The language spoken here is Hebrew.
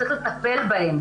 צריך לטפל בהם,